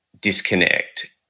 disconnect